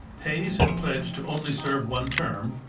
hayes had pledged to only serve one term.